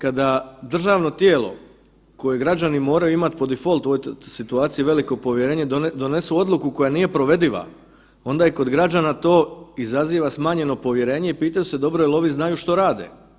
Kada državno tijelo koje građani moraju imati po defaultu od situacije veliko povjerenje donesu odluku koja nije provediva, onda i kod građana to izaziva smanjeno povjerenje i pitaju se dobro jel ovi znaju što rade.